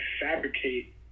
fabricate